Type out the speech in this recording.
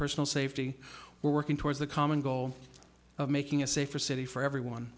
personal safety we're working towards the common goal of making a safer city for everyone